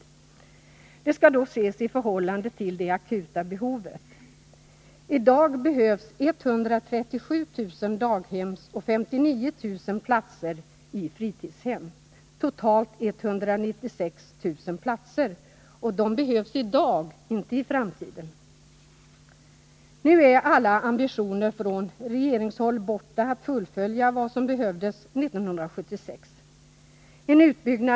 Detta skall då ses i förhållande till det akuta behovet. I dag behövs 137 000 daghemsplatser och 59 000 fritidshemsplatser, totalt 196 000 platser. Och de behövs i dag, inte i framtiden. Nu är alla ambitioner på regeringshåll borta när det gäller att fullfölja vad som 1976 ansågs nödvändigt.